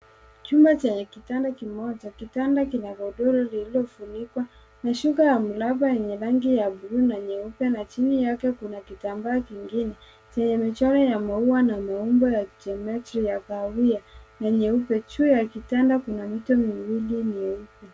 Chumba chenye kitanda kimoja. Kitanda kina godoro lililofunikwa na shuka ya mraba yenye rangi ya bluu na nyeupe na chini yake kuna kitambaa kingine chenye michoro ya maua na maumbo ya geometry ya kahawia na nyeupe. Juu ya kitanda kuna mito miwili myeupe.